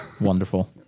Wonderful